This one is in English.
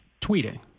Tweeting